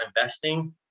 investing